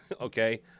Okay